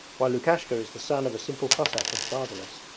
while lukashka is the son of a simple cossack and fatherless,